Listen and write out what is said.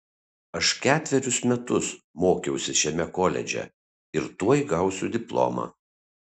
aš ketverius metus mokiausi šiame koledže ir tuoj gausiu diplomą